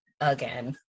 again